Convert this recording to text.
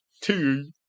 Two